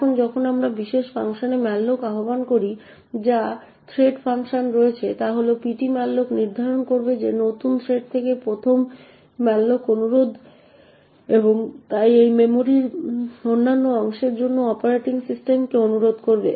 এখন যখন আমরা এই বিশেষ ফাংশনে malloc আহ্বান করি যা থ্রেড ফাংশনে রয়েছে তা হল ptmalloc নির্ধারণ করবে যে নতুন থ্রেড থেকে 1 ম malloc অনুরোধ এবং তাই এটি মেমরির অন্যান্য অংশের জন্য অপারেটিং সিস্টেমকে অনুরোধ করবে